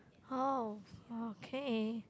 oh okay